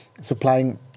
supplying